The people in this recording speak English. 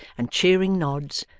and cheering nods,